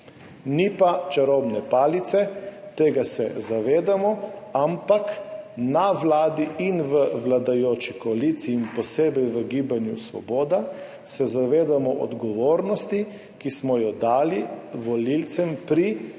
Ni pa čarobne palice, tega se zavedamo, ampak na Vladi in v vladajoči koaliciji, posebej v Gibanju Svoboda, se zavedamo odgovornosti, ki smo jo dali volivcem pri spremembi